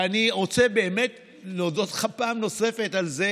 ואני רוצה באמת להודות לך פעם נוספת על זה